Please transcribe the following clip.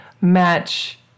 match